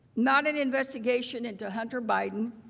not an investigation into hunter biden.